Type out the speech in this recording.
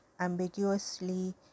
ambiguously